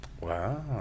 Wow